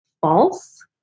false